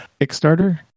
Kickstarter